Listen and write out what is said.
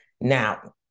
Now